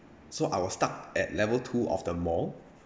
so I was stuck at level two of the mall